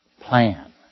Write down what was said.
plan